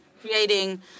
creating